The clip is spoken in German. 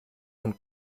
und